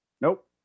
Nope